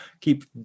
keep